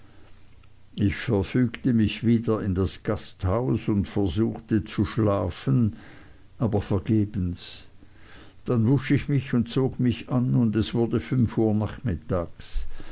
ich verfügte mich wieder in das gasthaus und versuchte zu schlafen aber vergebens dann wusch ich mich und zog mich an und es wurde fünf uhr nachmittags